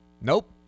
nope